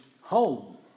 home